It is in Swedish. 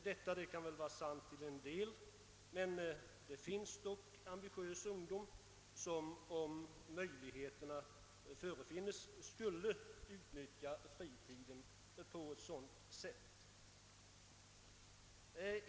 Detta kan väl vara sant till en del, men det finns dock ambitiös ungdom, som om möjligheter förefanns, skulle utnyttja fritiden på ett sådant sätt.